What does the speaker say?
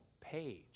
page